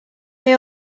they